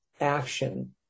action